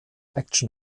action